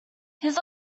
his